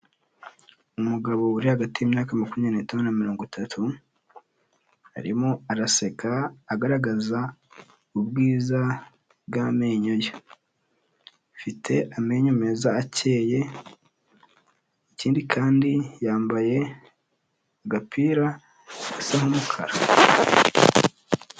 Umugabo uri hagati y'imyaka makumyabiri n'itanu na mirongo itatu, arimo araseka agaragaza ubwiza bw'amenyo ye, afite amenyo meza akeye ikindi kandi yambaye agapira gasa nk'umukara.